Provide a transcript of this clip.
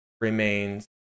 remains